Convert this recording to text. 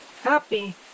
happy